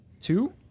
two